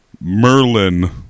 Merlin